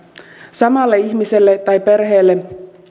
samalle ihmiselle tai perheelle